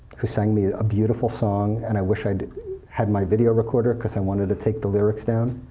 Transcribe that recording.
who sang me a beautiful song, and i wish i'd had my video recorder, because i wanted to take the lyrics down,